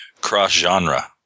cross-genre